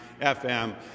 FM